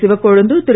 Sivakozhundhu Thiru